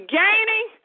gaining